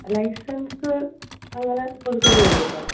licence അങ്ങനെ പുതുക്കേണ്ടി വരുമോ സാറേ